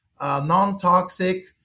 non-toxic